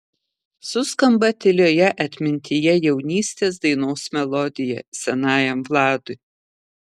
suskamba tylioje atmintyje jaunystės dainos melodija senajam vladui